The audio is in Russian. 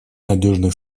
надежных